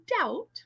doubt